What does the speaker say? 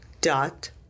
dot